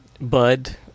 Bud